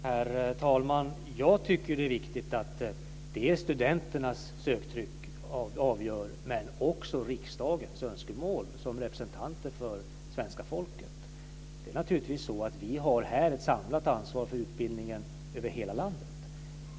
Herr talman! Jag tycker att det är viktigt att dels studenternas söktryck avgör, dels också riksdagens önskemål som representanter för svenska folket. Det är naturligtvis så att vi här har ett samlat ansvar för utbildningen i hela landet.